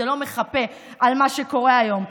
זה לא מחפה על מה שקורה היום.